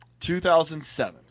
2007